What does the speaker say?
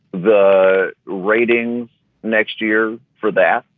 the ratings next year for that?